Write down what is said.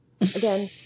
again